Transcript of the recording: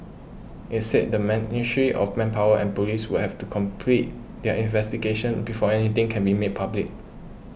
it said the Ministry of Manpower and police would have to complete their investigations before anything can be made public